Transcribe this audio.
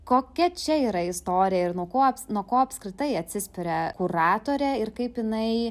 kokia čia yra istorija ir nuo ko nuo ko apskritai atsispiria oratorė ir kaip jinai